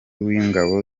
w’ingabo